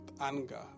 anger